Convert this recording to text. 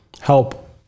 help